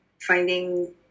finding